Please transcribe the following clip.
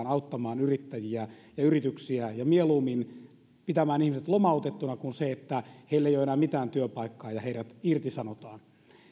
auttamaan yrittäjiä ja yrityksiä mieluummin pitämään ihmiset lomautettuna kuin niin että heillä ei ole enää mitään työpaikkaa ja heidät irtisanotaan